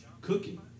cooking